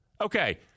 Okay